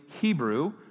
Hebrew